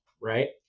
right